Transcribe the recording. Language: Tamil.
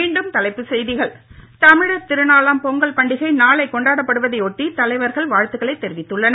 மீண்டும் தலைப்புச் செய்திகள் தமிழர் திருநாளாம் பொங்கல் பண்டிகை நாளை கொண்டாடப் படுவதையொட்டி தலைவர்கள் வாழ்த்துகளை தெரிவித்துள்ளனர்